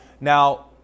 Now